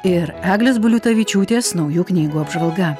ir eglės baliutavičiūtės naujų knygų apžvalga